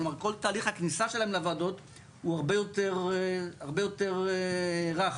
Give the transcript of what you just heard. כלומר כל תהליך הכניסה שלהם לוועדות הוא הרבה יותר רך,